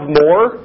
more